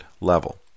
level